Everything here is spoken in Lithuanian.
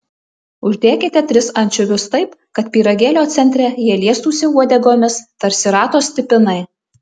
uždėkite tris ančiuvius taip kad pyragėlio centre jie liestųsi uodegomis tarsi rato stipinai